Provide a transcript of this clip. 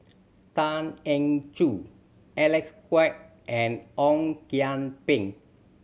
Tan Eng Joo Alec Kuok and Ong Kian Peng